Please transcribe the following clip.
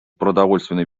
продовольственной